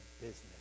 business